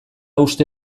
uste